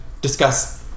discuss